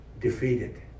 defeated